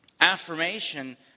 affirmation